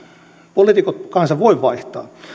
poliitikot kansa voi vaihtaa